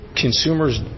Consumers